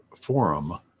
Forum